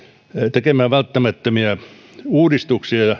tekemään välttämättömiä uudistuksia ja